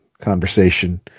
conversation